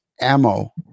ammo